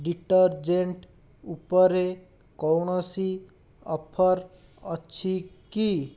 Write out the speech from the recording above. detergent ଉପରେ କୌଣସି offer ଅଛି କି